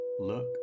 look